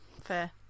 Fair